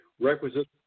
requisite